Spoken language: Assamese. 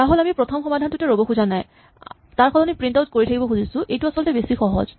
ধৰাহ'ল আমি প্ৰথম সমাধানটোতে ৰ'ব খোজা নাই তাৰ সলনি প্ৰিন্ট আউট কৰি থাকিব খুজিছো এইটো আচলতে বেছি সহজ